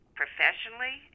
professionally